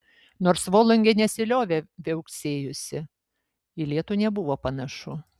nors volungė nesiliovė viauksėjusi į lietų nebuvo panašu